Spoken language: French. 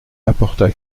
apporta